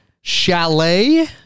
Chalet